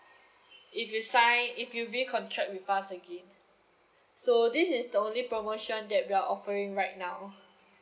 if you sign if you re-contract with us again so this is the only promotion that we are offering right now